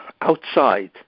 outside